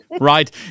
Right